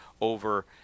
over